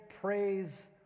praise